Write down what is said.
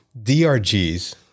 DRGs